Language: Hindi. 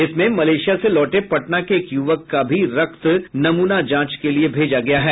इसमें मलेशिया से लौटे पटना के एक यूवक का भी रक्त नमूना जांच के लिए भेजा गया है